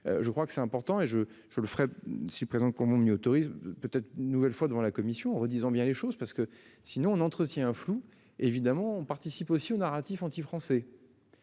je crois que c'est important et je je le ferais si présente comme on m'y autorise, peut être une nouvelle fois devant la commission en redisant bien les choses parce que sinon on entretient un flou évidemment on participe aussi aux narratif anti- français.